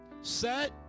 Set